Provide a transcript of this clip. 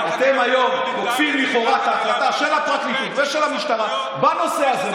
אתם היום עוקפים לכאורה את ההחלטה של הפרקליטות ושל המשטרה בנושא הזה.